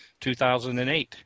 2008